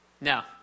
Now